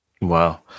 Wow